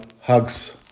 Hugs